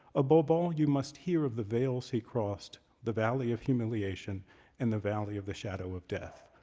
above all you must hear of the vales he crossed, the valley of humiliation and the valley of the shadow of death.